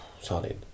solid